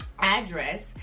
address